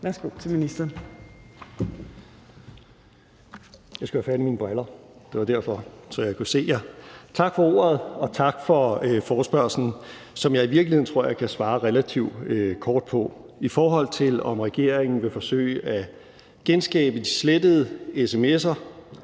(Nick Hækkerup): Jeg skulle jo have fat i mine briller, så jeg kan se jer. Tak for ordet. Og tak for forespørgslen, som jeg i virkeligheden tror jeg at jeg kan svare relativt kort på. I forhold til om regeringen vil forsøge at genskabe de slettede sms'er,